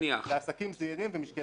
לעסקים זעירים ומשקי בית.